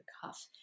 cuff